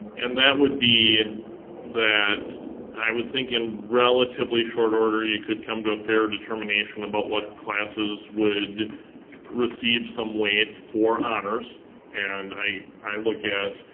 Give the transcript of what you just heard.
and that would be that i would think in relatively short order you could come to a fair determination about what classes would receive some weight for honors and i i look at